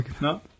no